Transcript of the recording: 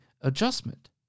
adjustment